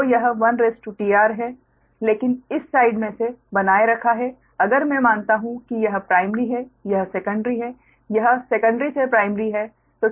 तो यह 1 tR है लेकिन इस साइड मे से बनाए रखा है अगर मैं मानता हूँ कि यह प्राइमरी है यह सेकंडरी है यह सेकंडरी से प्राइमरी है